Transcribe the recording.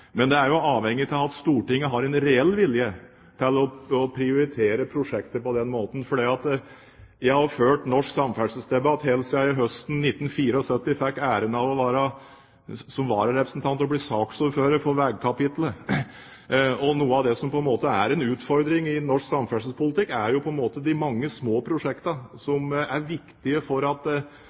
Men det er jo avhengig av at Stortinget har en reell vilje til å prioritere prosjekter på den måten. Jeg har fulgt norsk samferdselsdebatt helt siden jeg høsten 1974 fikk æren av, som vararepresentant, å bli saksordfører for vegkapitlet. Noe av det som er utfordringen i norsk samferdselspolitikk, er jo de mange små prosjektene som er viktige for at